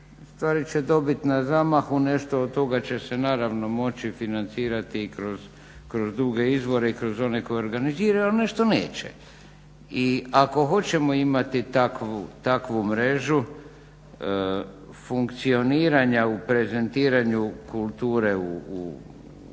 stvari će dobiti na zamahu nešto od toga će se naravno moći financirati i kroz duge izvore i kroz one koji organizira, ali nešto neće. I ako hoćemo imati takvu mrežu funkcioniranja u prezentiranju kulture u svijetu